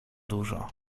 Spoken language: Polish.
dużo